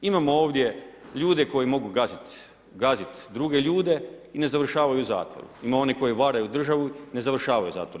Imamo ovdje ljude koji mogu gaziti druge ljude i ne završavaju u zatvoru, ima onih koji varaju državu, ne završavaju u zatvoru.